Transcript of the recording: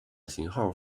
型号